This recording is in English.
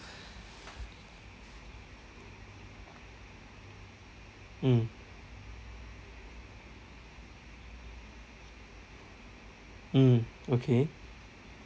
mm mm okay